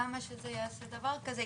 למה שדבר כזה יעשה?